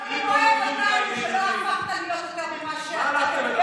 אלוהים אוהב אותנו שלא הפכת להיות יותר ממה שאתה,